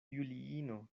juliino